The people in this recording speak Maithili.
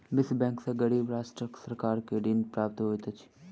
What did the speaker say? विश्व बैंक सॅ गरीब राष्ट्रक सरकार के ऋण प्राप्त होइत अछि